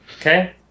Okay